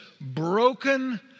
broken